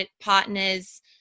partners